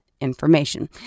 information